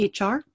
HR